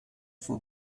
for